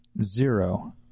Zero